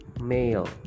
Male